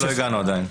לא הגענו עדיין.